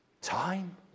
Time